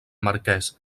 marquès